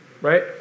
right